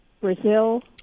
Brazil